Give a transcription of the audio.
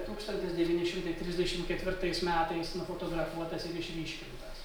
tūkstantis devyni šimtai trisdešim ketvirtais metais nufotografuotas ir išryškintas